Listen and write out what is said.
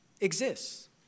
exists